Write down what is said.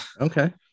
Okay